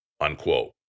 Unquote